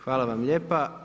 Hvala vam lijepa.